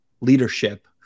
leadership